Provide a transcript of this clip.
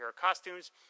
costumes